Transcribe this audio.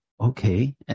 okay